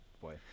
Boy